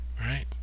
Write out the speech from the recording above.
right